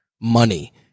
money